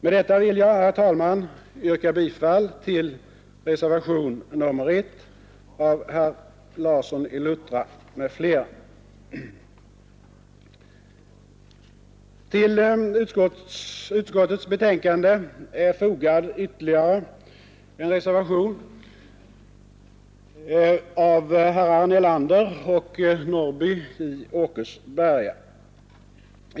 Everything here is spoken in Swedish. Med detta vill jag, herr talman, yrka bifall till reservationen 1 av herr Larsson i Luttra m.fl. Till utskottets betänkande är fogad ytterligare en reservation, av herrar Nelander och Norrby i Åkersberga.